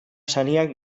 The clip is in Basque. sariak